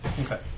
Okay